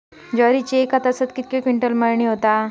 ज्वारीची एका तासात कितके क्विंटल मळणी होता?